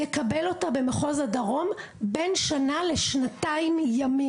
תתקבל במחוז הדרום לאחר בין שנה לשנתיים ימים.